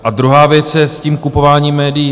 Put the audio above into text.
A druhá věc je s tím kupováním médií.